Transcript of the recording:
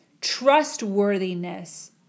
trustworthiness